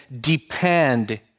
depend